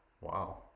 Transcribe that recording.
Wow